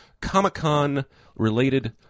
Comic-Con-related